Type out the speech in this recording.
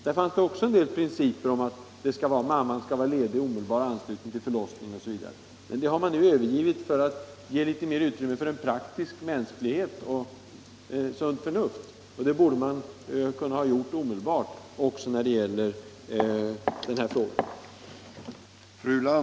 Där fanns det också en del principer om att mamman skulle vara ledig i omedelbar anslutning till förlossningen osv. Detta har man nu övergivit för att ge litet mer utrymme åt praktisk mänsklighet och sunt förnuft. Det borde man ha gjort omedelbart, och det borde man göra också när det gäller den här frågan.